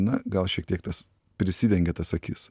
na gal šiek tiek tas prisidengia tas akis